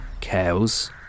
cows